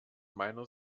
meiner